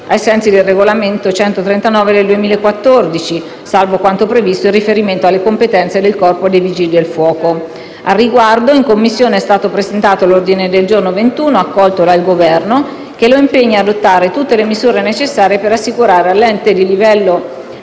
ai sensi del regolamento UE n. 139/2014, salvo quanto previsto in riferimento alle competenze del Corpo dei vigili del fuoco. Al riguardo, in Commissione è stato presentato l'ordine del giorno n. 21, accolto dal Governo, che lo impegna ad adottare tutte le misure necessarie per assicurare i livelli